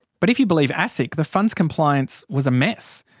but if you believe asic, the fund's compliance was a mess.